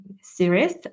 series